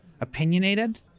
opinionated